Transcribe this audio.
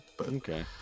Okay